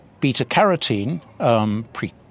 beta-carotene